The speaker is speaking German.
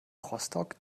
rostock